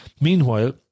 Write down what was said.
Meanwhile